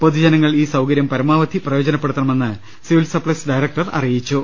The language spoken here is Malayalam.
പൊതുജനങ്ങൾ ഈ സൌകരൃം പരമാവധി പ്രയോജനപ്പെടുത്തണമെന്ന് സിവിൽ സപ്ലൈസ് ഡയറക്ടർ അറിയിച്ചു